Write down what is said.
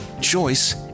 choice